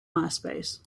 myspace